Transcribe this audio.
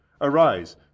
Arise